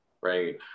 right